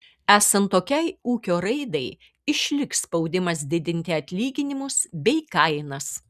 esant tokiai ūkio raidai išliks spaudimas didinti atlyginimus bei kainas